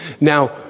Now